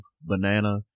banana